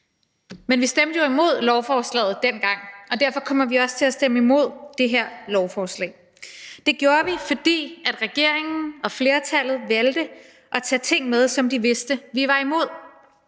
Men vi stemte jo imod lovforslaget dengang, og derfor kommer vi også til at stemme imod det her lovforslag. Det gjorde vi, fordi regeringen og flertallet valgte at tage ting med, som de vidste vi var imod,